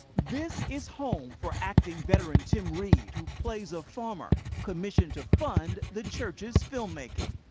this is home for acting veteran tim reid, who plays a farmer, commissioned to fund the church's film-making.